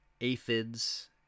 aphids